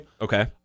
okay